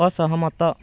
ଅସହମତ